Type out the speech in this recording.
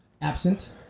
absent